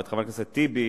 ואת חבר הכנסת טיבי,